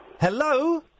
Hello